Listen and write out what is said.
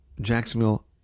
Jacksonville